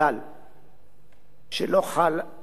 שלא חל בעבר על שרי משפטים,